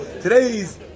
Today's